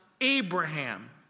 Abraham